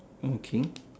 okay